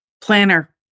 Planner